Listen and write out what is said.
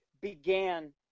began